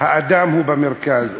האדם הוא במרכז.